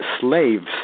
slaves